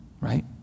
Right